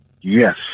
Yes